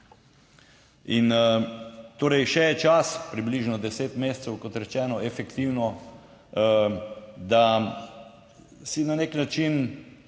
In torej še je čas, približno deset mesecev kot rečeno efektivno, da si na nek način